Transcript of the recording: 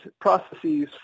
processes